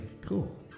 cool